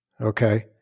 okay